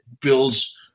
builds